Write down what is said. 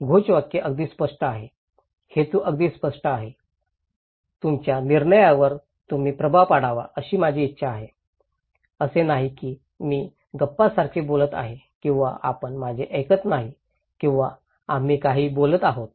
हा घोषवाक्य अगदी स्पष्ट आहे हेतू अगदी स्पष्ट आहे तुमच्या निर्णयावर तुम्ही प्रभाव पडावा अशी माझी इच्छा आहे असे नाही की मी गप्पांसारखे बोलत आहे किंवा आपण माझे ऐकत नाही किंवा आम्ही काहीही बोलत आहोत